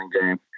game